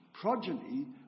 progeny